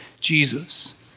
Jesus